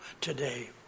today